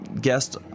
guest